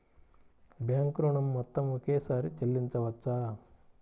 Bank ఋణం మొత్తము ఒకేసారి చెల్లించవచ్చా?